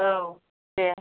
औ दे